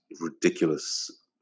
ridiculous